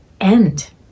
end